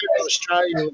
Australia